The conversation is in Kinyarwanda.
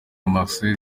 marcel